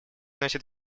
носит